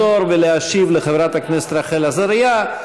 לפתור ולהשיב לחברת הכנסת רחל עזריה בסדר.